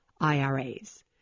IRAs